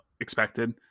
expected